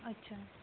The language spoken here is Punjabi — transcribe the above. ਅੱਛਾ